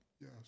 yes